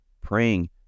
praying